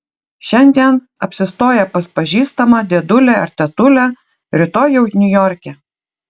šiandien apsistoję pas pažįstamą dėdulę ar tetulę rytoj jau niujorke